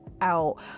out